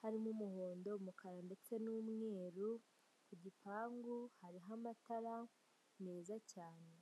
harimo umuhondo, umukara ndetse n'umweru, ku gipangu hariho amatara meza cyane.